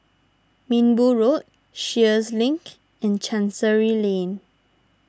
Minbu Road Sheares Link and Chancery Lane